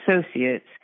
associates